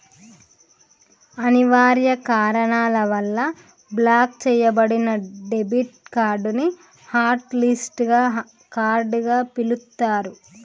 అనివార్య కారణాల వల్ల బ్లాక్ చెయ్యబడిన డెబిట్ కార్డ్ ని హాట్ లిస్టింగ్ కార్డ్ గా పిలుత్తరు